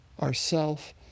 ourself